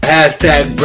Hashtag